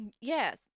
Yes